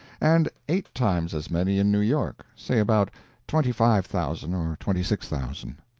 and eight times as many in new york say about twenty five thousand or twenty six thousand.